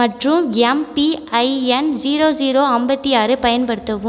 மற்றும் MPIN zero zero ஐம்பத்தியாறு பயன்படுத்தவும்